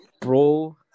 bro